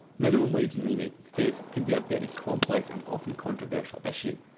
minimum wage in the united states can be a very complex and often controversial issue.